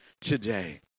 today